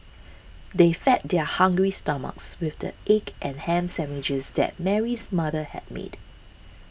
they fed their hungry stomachs with the egg and ham sandwiches that Mary's mother had made